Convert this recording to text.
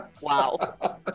Wow